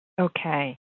Okay